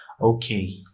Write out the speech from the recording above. okay